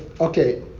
Okay